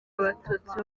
abatutsi